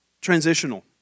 transitional